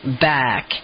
back